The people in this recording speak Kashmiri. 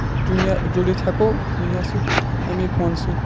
جُنیا جُڑِتھ ہؠکو دُنیا سۭتۍ امے فونہٕ سۭتۍ